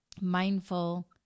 mindful